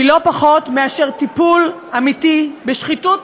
היא לא פחות מאשר טיפול אמיתי בשחיתות ממוסדת,